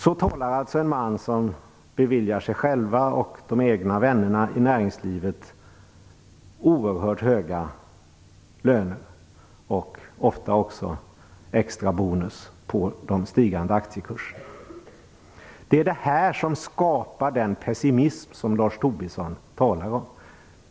Så talar alltså en man som beviljar sig själv och de egna vännerna i näringslivet oerhört höga löner och ofta också extra bonus på de stigande aktiekurserna. Det är det här som skapar den pessimism som Lars Tobisson talade om.